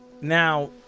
now